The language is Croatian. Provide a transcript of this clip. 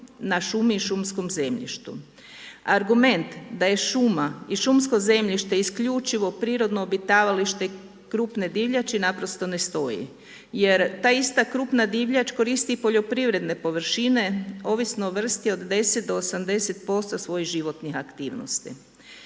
na šumi i šumskom zemljištu. Argument da je šuma i šumsko zemljište isključivo prirodno obitavalište krupne divljači naprosto ne stoji jer ta ista krupna divljač koristi i poljoprivredne površine ovisno o vrsti do 10 do 80% svojih životnih aktivnosti.